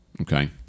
Okay